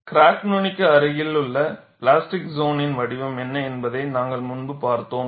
crack நுனிக்கு அருகிலுள்ள plastic சோனின் வடிவம் என்ன என்பதை நாங்கள் முன்பு பார்த்தோம்